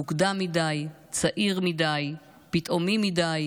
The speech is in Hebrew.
מוקדם מדי, צעיר מדי, פתאומי מדי,